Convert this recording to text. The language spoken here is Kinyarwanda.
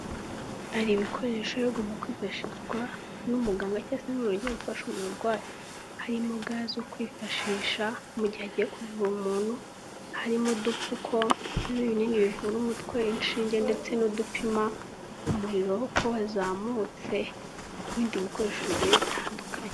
Hari ibikoresho biba bigomba kwifashishwa n'umuganga cyangwa se n'umuntu ugiye gufasha umurwayi, harimo ga zo kwifashisha mu gihe agiye kuvura uwo muntu, harimo udupfuko, binini bivura umutwe, inshinge ndetse n'udupima umuriro ko wazamutse n'ibindi bikoresho bigiye bitandukanye.